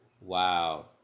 Wow